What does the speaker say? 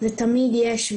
ותמיד יש,